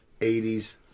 80s